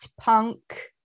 punk